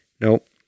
Nope